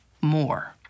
more